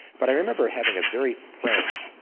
but i remember having a very frank,